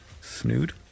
Snood